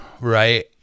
Right